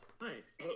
Nice